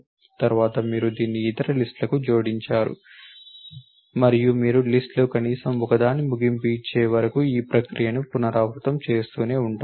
తర్వాత మీరు దీన్ని ఇతర లిస్ట్ లకు జోడించారు మరియు మీరు లిస్ట్ లో కనీసం ఒకదానికి ముగింపు వచ్చే వరకు ఈ ప్రక్రియను పునరావృతం చేస్తూనే ఉంటారు